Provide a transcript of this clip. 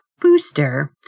booster